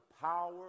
power